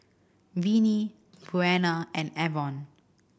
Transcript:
Vinie Buena and Avon